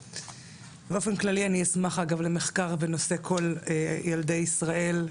באופן כללי אני אשמח למחקר בנושא כל ילדי ישראל,